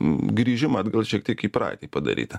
grįžimą atgal šiek tiek į praeitį padaryti